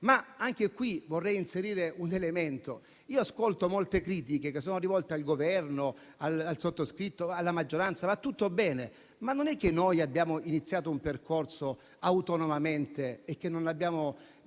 ma anche qui vorrei inserire un elemento. Ascolto molte critiche che sono rivolte al Governo, al sottoscritto, alla maggioranza, e va tutto bene, ma non è che noi abbiamo iniziato un percorso autonomamente e che non abbiamo